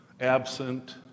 Absent